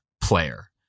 player